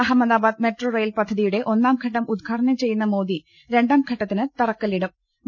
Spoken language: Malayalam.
അഹമ്മദാബാദ് മെട്രോ റെയിൽ പദ്ധ തിയുടെ ഒന്നാംഘട്ടം ഉദ്ഘാടനം ചെയ്യുന്ന മോദി രണ്ടാംഘ ട്ട ത്തിന് തറ ക്ക ല്ലി ടു ം